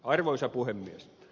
arvoisa puhemies